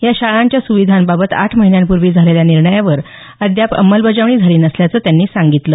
या शाळांच्या सुविधांबाबत आठ महिन्यांपूर्वी झालेल्या निर्णयावर अद्याप अंमलबजावणी झाली नसल्याचं त्यांनी सांगितलं